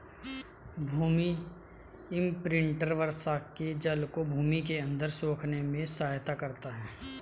भूमि imprinter वर्षा के जल को भूमि के अंदर सोखने में सहायता करता है